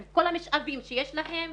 עם כל המשאבים שיש להם,